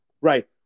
Right